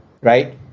right